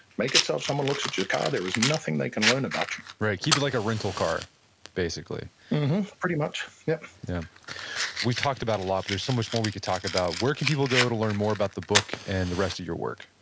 make it so if someone looks at your car, there is nothing they can learn about you right. keep it like a rental car basically pretty much, yep yeah. we talked about a lot, but there's so much more we could talk about. where can people go to learn more about the book and the rest of your work?